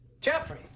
Jeffrey